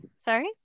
Sorry